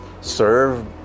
serve